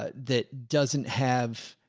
ah that doesn't have,